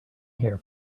here